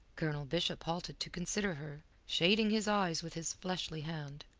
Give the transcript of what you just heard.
colonel bishop halted to consider her, shading his eyes with his fleshly hand.